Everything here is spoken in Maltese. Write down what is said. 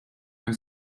hemm